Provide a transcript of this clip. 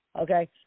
okay